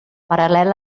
paral·lel